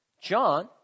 John